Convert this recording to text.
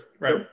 Right